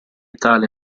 tale